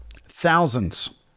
thousands